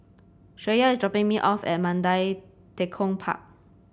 Shreya is dropping me off at Mandai Tekong Park